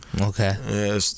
Okay